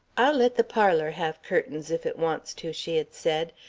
i'll let the parlour have curtains if it wants to, she had said,